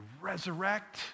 resurrect